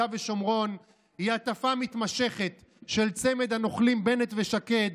ושומרון היא הטפה מתמשכת של צמד הנוכלים בנט ושקד,